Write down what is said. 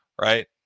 right